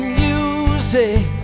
music